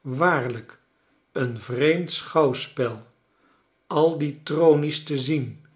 waarlijk een vreemd schouwspel al dietronies te zien